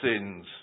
sins